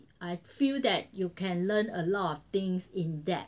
I feel that you can learn a lot of things in that